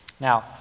Now